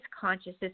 consciousness